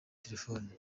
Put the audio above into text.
telefone